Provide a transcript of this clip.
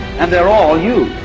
and they're all you,